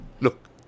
look